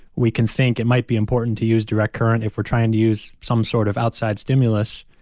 we can think it might be important to use direct current if we're trying to use some sort of outside stimulus.